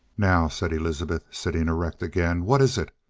now, said elizabeth, sitting erect again, what is it?